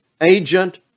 agent